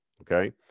okay